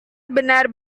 benar